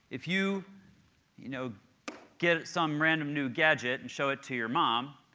if you you know get some random new gadget and show it to your mom,